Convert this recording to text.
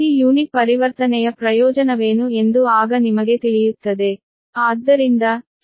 ಪ್ರತಿ ಯೂನಿಟ್ ಪರಿವರ್ತನೆಯ ಪ್ರಯೋಜನವೇನು ಎಂದು ಆಗ ನಿಮಗೆ ತಿಳಿಯುತ್ತದೆ